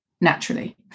naturally